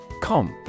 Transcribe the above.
Comp